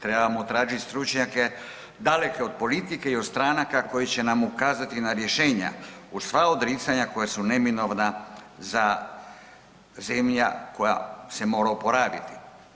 Trebamo tražiti stručnjake daleke od politike i od stranka koji će nam ukazati na rješenja uz sva odricanja koja su neminovna za zemlju koja se mora oporaviti.